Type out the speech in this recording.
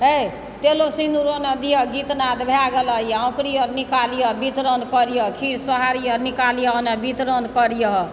है तेलों सिन्दुर नहि दिअ गीतनाद भए गेल यऽ अकुड़ी अर निकालियऽ आ वितरण करिए खीर सोहारी अर निकालिए ओने वितरण करिहऽ